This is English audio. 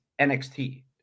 NXT